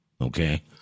Okay